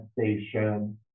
Station